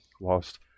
lost